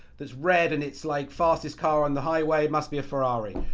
that's red and it's like fastest car on the highway, it must be a ferrari.